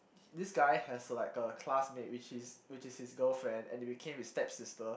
this guy has like a classmate which is which is his girlfriend and she become his stepsister